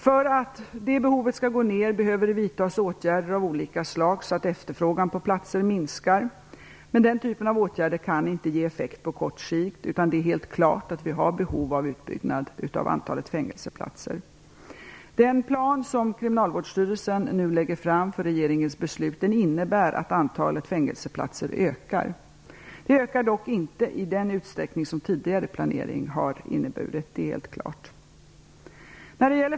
För att det behovet skall gå ner behöver det vidtas åtgärder av olika slag, så att efterfrågan på platser minskar. Men den typen av åtgärder kan inte ge effekt på kort sikt. Det är helt klart att vi har behov av utbyggnad av antalet fängelseplatser. Den plan som Kriminalvårdsstyrelsen nu lägger fram för regeringens beslut innebär att antalet fängelseplatser ökar. De ökar dock inte i den utsträckning som tidigare planering har inneburit. Det är helt klart.